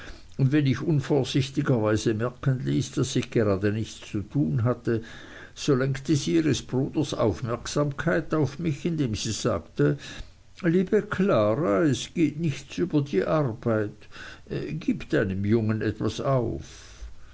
und wenn ich unvorsichtigerweise merken ließ daß ich gerade nichts zu tun hatte so lenkte sie ihres bruders aufmerksamkeit auf mich indem sie sagte liebe klara es geht nichts über die arbeit gib deinem jungen etwas auf